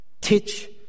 teach